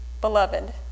Beloved